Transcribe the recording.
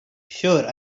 sure